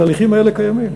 התהליכים האלה קיימים.